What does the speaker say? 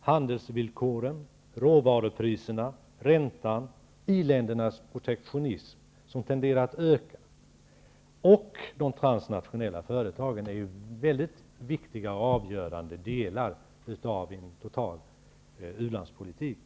Handelsvillkoren, råvarupriserna, räntan, iländernas protektionism, som tenderar att öka, och de transnationella företagen är ju väldigt viktiga och avgörande delar av en total u-landspolitik.